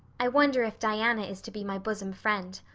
i wonder if diana is to be my bosom friend.